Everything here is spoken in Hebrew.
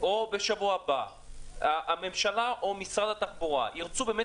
או בשבוע הבא הממשלה או משרד התחבורה ירצו באמת